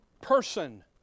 person